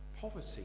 poverty